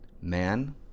Man